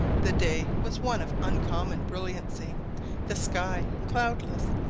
the day was one of uncommon brilliancy the sky cloudless,